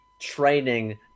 training